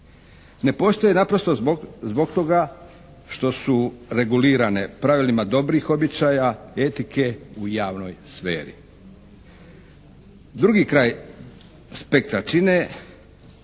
Ne postoje naprosto zbog toga što su regulirane pravilima dobrih običaja, etike u javnoj sferi. Drugi kraj spektra čine